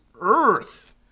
earth